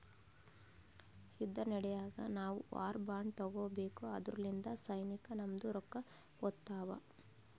ಯುದ್ದ ನಡ್ಯಾಗ್ ನಾವು ವಾರ್ ಬಾಂಡ್ ತಗೋಬೇಕು ಅದುರ್ಲಿಂದ ಸೈನ್ಯಕ್ ನಮ್ದು ರೊಕ್ಕಾ ಹೋತ್ತಾವ್